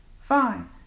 fine